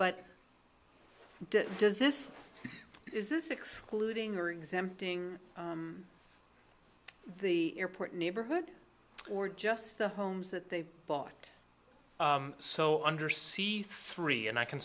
but does this is this excluding or exempting the airport neighborhood or just the homes that they bought so under see three and i can